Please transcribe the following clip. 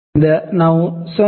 ಆದ್ದರಿಂದ ನಾವು 0